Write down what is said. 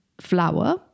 flour